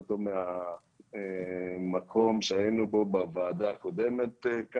טוב מהמקום בו היינו בוועדה הקודמת.